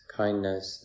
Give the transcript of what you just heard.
kindness